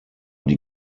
die